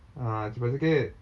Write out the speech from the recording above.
ah cepat sikit